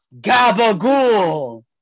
Gabagool